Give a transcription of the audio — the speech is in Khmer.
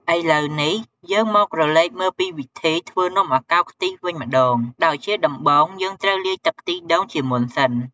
ឥឡូវនេះ យើងមកក្រឡេកមើលពីវិធីធ្វើនំអាកោរខ្ទិះវិញម្ដង ដោយជាដំបូង យើងត្រូវលាយទឹកខ្ទិះដូងជាមុនសិន។